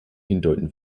hindeuten